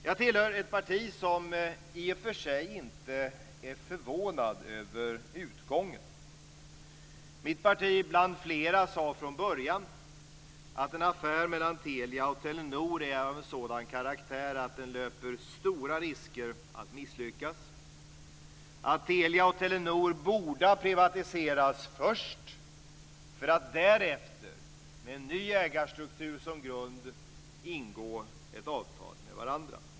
Jag tillhör ett parti som i och för sig inte är förvånat över utgången. Mitt parti bland flera sade från början att en affär mellan Telia och Telenor är av sådan karaktär att den löper stora risker att misslyckas. Telia och Telenor borde ha privatiserats först och därefter, med en ny ägarstruktur som grund, ha ingått ett avtal med varandra.